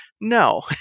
No